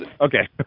Okay